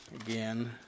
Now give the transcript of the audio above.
Again